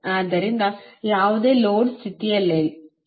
ಆದ್ದರಿಂದ ಇದು ಯಾವುದೇ ಲೋಡ್ ಸ್ಥಿತಿಯಿಲ್ಲ